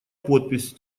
подпись